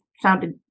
sounded